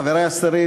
חברי השרים,